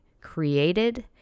created